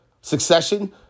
succession